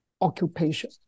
occupation